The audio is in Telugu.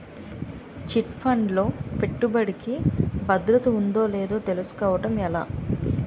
చిట్ ఫండ్ లో పెట్టుబడికి భద్రత ఉందో లేదో తెలుసుకోవటం ఎలా?